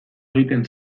egiten